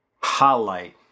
highlight